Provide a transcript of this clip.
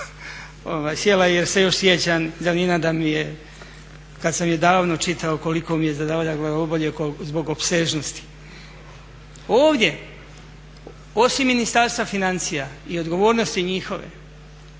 sjela jer se još sjećam iz davnina kad sam je davno čitao koliko mi je zadavala glavobolje zbog opsežnosti. Ovdje, osim Ministarstva financija i odgovornosti njihove,